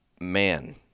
Man